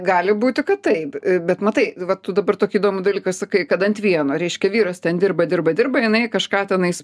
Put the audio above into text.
gali būti kad taip bet matai va tu dabar tokį įdomų dalyką sakai kad ant vieno reiškia vyras ten dirba dirba dirba jinai kažką tenais